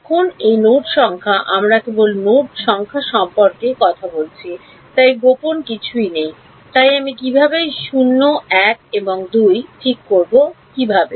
এখন এই নোড সংখ্যা আমরা কেবল নোড সংখ্যা সম্পর্কে কথা বলছি তাই গোপন কিছুই নেই তাই আমি কীভাবে 0 1 এবং 2 ঠিক করব কিভাবে